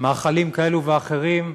מאכלים כאלו ואחרים,